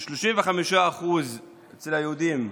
35% מהיהודים,